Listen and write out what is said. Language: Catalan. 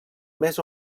més